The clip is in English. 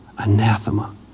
Anathema